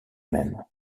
même